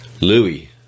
Louis